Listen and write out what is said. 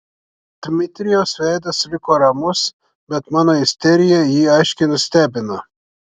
dmitrijaus veidas liko ramus bet mano isterija jį aiškiai nustebino